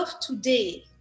today